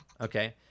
okay